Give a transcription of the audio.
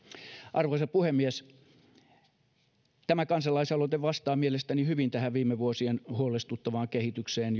arvoisa puhemies tämä kansalaisaloite vastaa mielestäni hyvin tähän viime vuosien huolestuttavaan kehitykseen